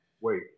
Wait